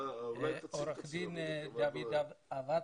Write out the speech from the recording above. עורך דין דוד אבטה,